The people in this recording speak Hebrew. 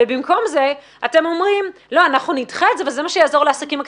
במקום זה אתם אומרים שאנחנו נדחה את זה וזה מה שיעזור לעסקים הקטנים.